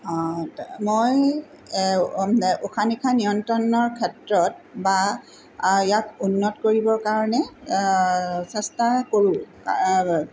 মই উশাহ নিশাহৰ নিয়ন্ত্ৰণৰ ক্ষেত্ৰত বা ইয়াক উন্নত কৰিবৰ কাৰণে চেষ্টা কৰোঁ